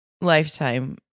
lifetime